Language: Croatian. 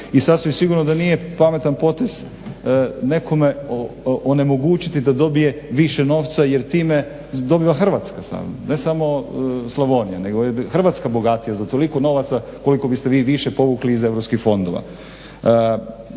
i sasvim sigurno da nije pametan potez nekome onemogućiti da dobije više novca jer time dobiva Hrvatska ne samo Slavonija nego je i Hrvatska bogatija za toliko novaca koliko biste vi više povukli iz europskih fondova.